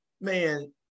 man